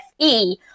FE